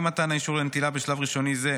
אי-מתן האישור לנטילה בשלב ראשוני זה,